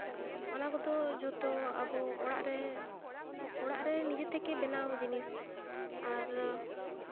ᱚᱱᱟ ᱠᱚᱫᱚ ᱡᱷᱚᱛᱚ ᱟᱵᱚ ᱚᱲᱟᱜ ᱨᱮ ᱚᱲᱟᱜ ᱨᱮ ᱱᱤᱡᱮ ᱛᱷᱮᱠᱮ ᱵᱮᱱᱟᱣ ᱡᱤᱱᱤᱥ ᱟᱨ